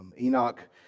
Enoch